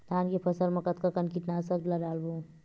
धान के फसल मा कतका कन कीटनाशक ला डलबो?